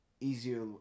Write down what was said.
easier